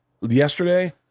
Yesterday